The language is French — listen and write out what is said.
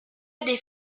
des